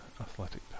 athletic